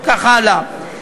ככה עלה.